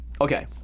Okay